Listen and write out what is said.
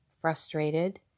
frustrated